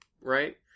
right